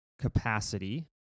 Capacity